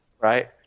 right